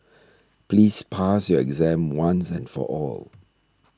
please pass your exam once and for all